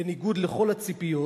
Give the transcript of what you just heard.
בניגוד לכל הציפיות,